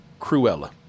Cruella